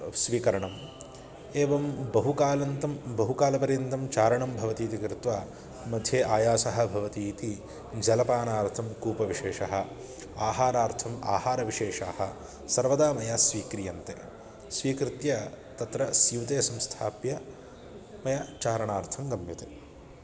स्वीकरणम् एवं बहुकालं बहुकालपर्यन्तं चारणं भवति इति कृत्वा मध्ये आयासः भवति इति जलपानार्थं कूपविशेषः आहारार्थम् आहारविशेषाः सर्वदा मया स्वीक्रियन्ते स्वीकृत्य तत्र स्यूते संस्थाप्य मया चारणार्थं गम्यते